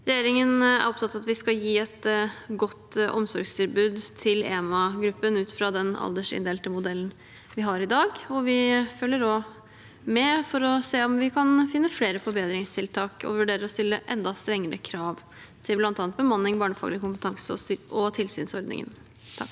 Regjeringen er opptatt av at vi skal gi et godt omsorgstilbud til gruppen enslige mindreårige asylsøkere ut fra den aldersinndelte modellen vi har i dag. Vi følger med for å se om vi kan finne flere forbedringstiltak, og vi vurderer å stille enda strengere krav til bl.a. bemanning, barnefaglig kompetanse og tilsynsordningen.